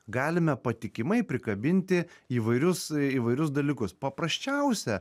galime patikimai prikabinti įvairius įvairius dalykus paprasčiausia